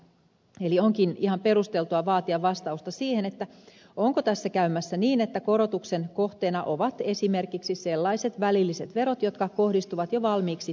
eli onkin ihan perusteltua vaatia vastausta siihen onko tässä käymässä niin että korotuksen kohteena ovat esimerkiksi sellaiset välilliset verot jotka kohdistuvat jo valmiiksi pienituloisiin kansalaisiin